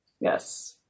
Yes